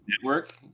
Network